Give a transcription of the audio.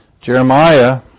Jeremiah